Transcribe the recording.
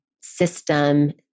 system